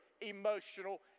emotional